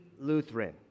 Lutheran